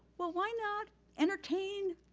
well why not entertain?